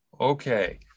Okay